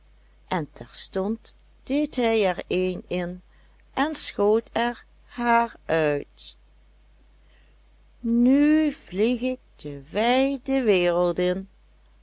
hij er een in en schoot er haar uit nu vlieg ik de wijde wereld in